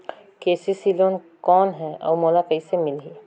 KCC loan कौन हे अउ मोला कइसे मिलही?